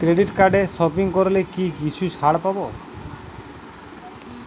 Credit কার্ডে shopping করলে কি কিছু ছাড় পাব?